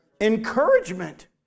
Encouragement